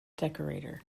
decorator